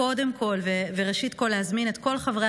קודם כול וראשית כול אני רוצה להזמין את כל חברי